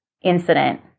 incident